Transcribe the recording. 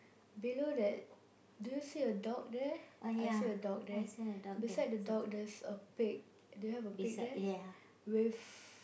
below that do you see a dog there I see a dog there beside the dog there's a pig do you have a pig there with